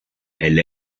elle